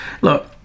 look